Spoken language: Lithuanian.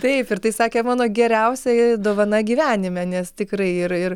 taip ir tai sakė mano geriausia dovana gyvenime nes tikrai ir ir